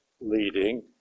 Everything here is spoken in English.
leading